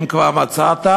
אם כבר מצאת,